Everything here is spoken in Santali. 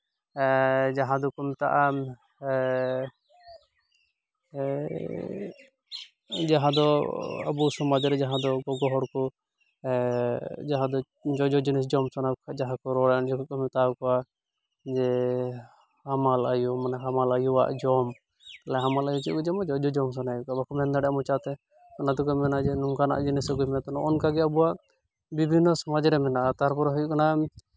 ᱡᱟᱦᱟᱸ ᱫᱚᱠᱚ ᱢᱮᱛᱟᱜᱼᱟ ᱡᱟᱦᱟᱸ ᱫᱚ ᱟᱵᱚ ᱥᱚᱢᱟᱡ ᱨᱮ ᱡᱟᱦᱟᱸ ᱫᱚ ᱜᱚᱜᱚ ᱦᱚᱲ ᱠᱚ ᱡᱟᱦᱟ ᱸᱫᱚ ᱡᱚᱡᱚ ᱡᱤᱱᱤᱥ ᱡᱚᱢ ᱥᱟᱱᱟ ᱠᱚ ᱠᱷᱟᱡ ᱡᱟᱦᱟᱸ ᱠᱚᱨᱮ ᱡᱮᱢᱚᱱ ᱠᱚ ᱢᱮᱛᱟᱣᱟᱠᱚᱣᱟ ᱡᱮ ᱦᱟᱢᱟᱞ ᱟᱭᱩ ᱢᱟᱱᱮ ᱦᱟᱢᱟᱞ ᱟᱭᱩᱣᱟᱜ ᱡᱚᱢ ᱛᱟᱞᱦᱮ ᱦᱟᱢᱟᱞ ᱟᱭᱩ ᱪᱮᱫ ᱠᱚ ᱡᱚᱢᱟ ᱡᱚᱡᱚ ᱡᱚᱢ ᱥᱟᱱᱟᱭᱮᱫ ᱠᱚᱣᱟ ᱵᱟᱠᱚ ᱢᱮᱱ ᱫᱟᱲᱮᱭᱟᱜᱼᱟ ᱢᱚᱪᱟᱛᱮᱥ ᱚᱱᱟᱛᱮᱠᱚ ᱢᱮᱱᱟ ᱡᱮ ᱱᱚᱝᱠᱟᱱᱟᱜ ᱡᱤᱱᱤᱥ ᱟᱜᱩᱭ ᱢᱮ ᱛᱚ ᱱᱚᱜᱼᱚ ᱱᱚᱝᱠᱟ ᱜᱮ ᱟᱵᱚᱣᱟᱜ ᱵᱤᱵᱷᱤᱱᱱᱚ ᱥᱚᱢᱟᱡ ᱨᱮ ᱢᱮᱱᱟᱜᱼᱟ ᱛᱟᱨᱯᱚᱨᱮ ᱦᱩᱭᱩᱜ ᱠᱟᱱᱟ